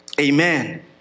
Amen